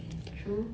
true